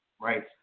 Right